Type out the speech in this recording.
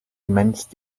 immense